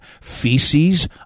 feces